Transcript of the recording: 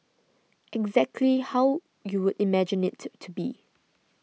exactly how you would imagine it to be